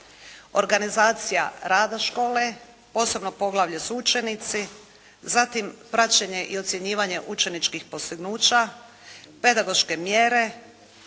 Organizacija rada škole, posebno poglavlje su učenici. Zatim Praćenje i ocjenjivanje učeničkih postignuća, Pedagoške mjera,